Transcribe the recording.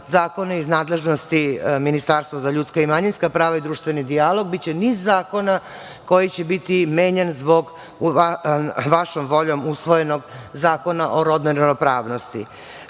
zakone iz nadležnosti Ministarstva za ljudska i manjinska prava i društveni dijalog biće niz zakona koji će biti menjan zbog vašom voljom usvojenog Zakona o rodnoj ravnopravnosti. Ono